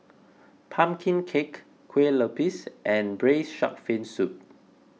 Pumpkin Cake Kue Lupis and Braised Shark Fin Soup